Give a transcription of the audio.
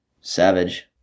savage